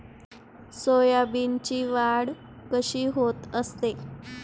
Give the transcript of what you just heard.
सोयाबीनची वाढ कशी होत असते?